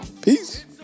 Peace